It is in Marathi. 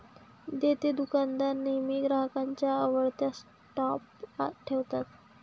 देतेदुकानदार नेहमी ग्राहकांच्या आवडत्या स्टॉप ठेवतात